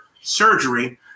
surgery